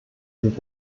sich